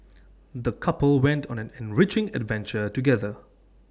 the couple went on an enriching adventure together